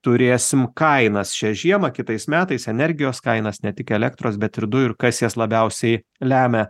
turėsim kainas šią žiemą kitais metais energijos kainas ne tik elektros bet ir dujų ir kas jas labiausiai lemia